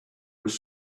was